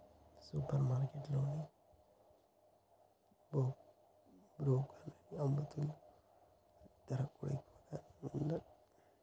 super market లో broccoli అమ్ముతున్లు గిదాని ధర కూడా ఎక్కువగానే ఉంది